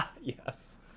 Yes